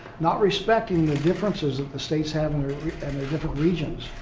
not respecting the differences that the states have in their different regions,